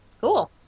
Cool